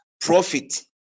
profit